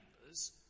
members